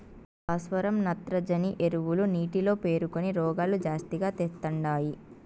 భాస్వరం నత్రజని ఎరువులు నీటిలో పేరుకొని రోగాలు జాస్తిగా తెస్తండాయి